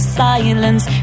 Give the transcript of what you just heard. silence